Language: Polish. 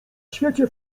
świecie